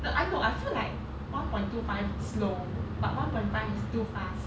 no I know I feel like one point two five slow but one point five is too fast